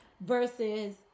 Versus